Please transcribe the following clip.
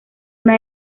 una